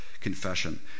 confession